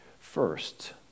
First